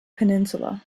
peninsula